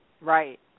Right